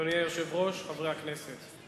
אתה לא ראית את זה, חבר הכנסת שי?